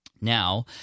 Now